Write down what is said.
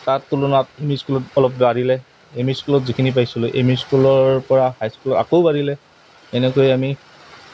তাৰ তুলনাত M E স্কুলত অলপ বাঢ়িলে এম ই স্কুলত যিখিনি পাইছিলোঁ এম ই স্কুলৰ পৰা হাইস্কুলত আকৌ বাঢ়িলে এনেকৈ আমি